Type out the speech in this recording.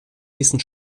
diesen